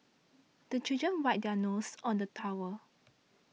the children wipe their noses on the towel